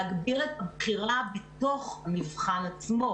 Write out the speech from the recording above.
להגביר את הבחירה בתוך המבחן עצמו